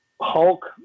Hulk